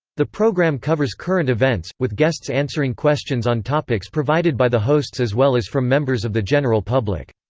the program covers current events, with guests answering questions on topics provided by the hosts as well as from members of the general public.